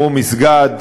כמו מסגד,